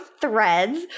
threads